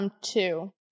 Two